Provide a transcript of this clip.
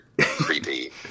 creepy